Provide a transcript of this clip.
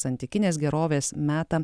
santykinės gerovės metam